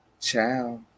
ciao